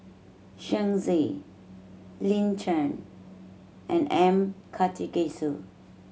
Shen Xi Lin Chen and M Karthigesu